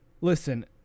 listen